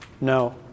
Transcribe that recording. No